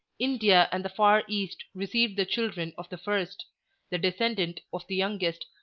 india and the far east received the children of the first the descendant of the youngest,